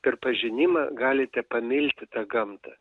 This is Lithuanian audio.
per pažinimą galite pamilti tą gamtą